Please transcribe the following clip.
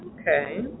Okay